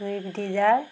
swift desire